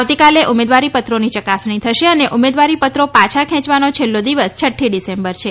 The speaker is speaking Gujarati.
આવતીકાલે ઉમેદવારી પત્રોની ચકાસણી થશે અને ઉમેદવારી પત્રો પાછા ખેંચવાનો છેલ્લો દિવસ છઠ્ઠી ડિસેમ્બર છે